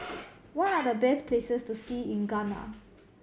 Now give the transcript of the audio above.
what are the best places to see in Ghana